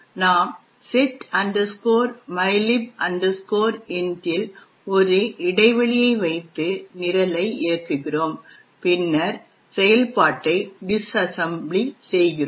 நாம் set mylib int இல் ஒரு இடைவெளியை வைத்து நிரலை இயக்குகிறோம் பின்னர் செயல்பாட்டை டிஸ்அசெம்பிள் செய்கிறோம்